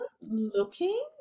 looking